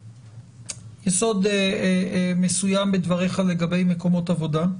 יסוד מסוים בדבריך לגבי מקומות עבודה,